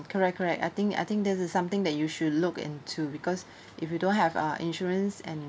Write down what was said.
correct correct I think I think there is something that you should look into because if you don't have uh insurance and